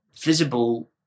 visible